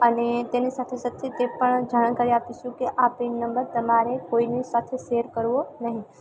અને તેની સાથે સાથે તે પણ જાણકારી આપીશું કે આ પિન નંબર તમારે કોઈની સાથે શેર કરવો નહીં